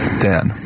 Dan